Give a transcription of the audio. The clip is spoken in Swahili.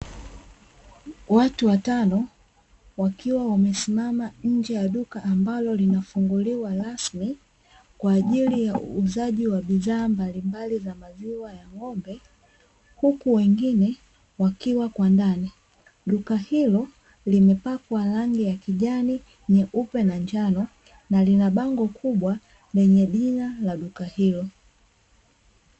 Watu watano wakiwa wamesimama nje ya duka ambalo linafunguliwa rasmi kwa ajili ya uuzaji wa bidhaa mbalimbali za maziwa ya ng'ombe, huku wengine wakiwa kwa ndani. Duka hilo limepakwa rangi ya kijani, nyeupe na njano na lina bango kubwa lenye jina la duka hilo.